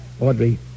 Audrey